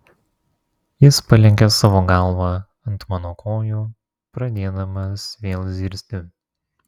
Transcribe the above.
jis palenkė savo galvą ant mano kojų pradėdamas vėl zirzti